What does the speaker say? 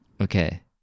Okay